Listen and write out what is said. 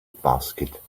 basket